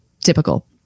typical